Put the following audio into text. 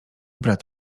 brat